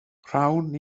rhawn